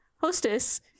hostess